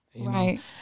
Right